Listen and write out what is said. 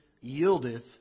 yieldeth